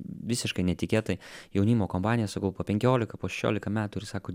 visiškai netikėtai jaunimo kompanija sakau po penkilika po šešiolika metų ir sako